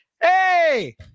hey